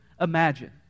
imagine